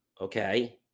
okay